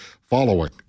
following